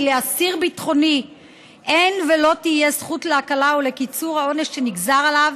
כי לאסיר ביטחוני אין ולא תהיה זכות להקלה ולקיצור העונש שנגזר עליו,